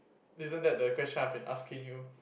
isn't that the question I have been asking you